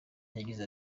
yagize